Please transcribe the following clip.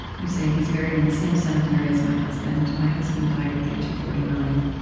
you say, he's buried in the same cemetery as my husband. my husband died at the age of forty nine.